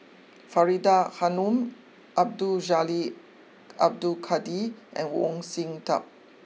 Faridah Hanum Abdul Jalil Abdul Kadir and Sin Tub